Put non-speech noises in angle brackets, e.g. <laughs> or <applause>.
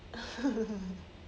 <laughs>